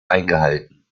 eingehalten